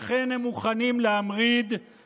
לכן הם מוכנים להמריד,